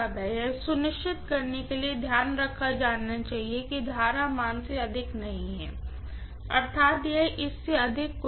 यह सुनिश्चित करने के लिए ध्यान रखा जाना चाहिए कि करंट मान से अधिक नहीं हैं अर्थात यह इससे अधिक कुछ नहीं है